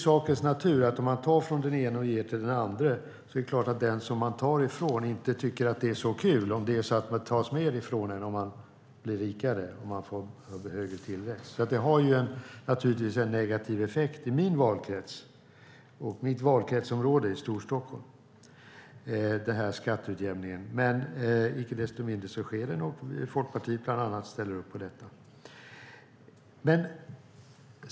Om man tar från den ene och ger till den andre tycker den som man tar ifrån inte att det är så kul om det tas mer från en när man blir rikare och får högre tillväxt. Skatteutjämningen har naturligtvis en negativ effekt i min valkrets, Storstockholm. Icke desto mindre sker det, vilket bland annat Folkpartiet ställer upp på.